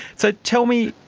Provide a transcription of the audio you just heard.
so tell me,